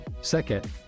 Second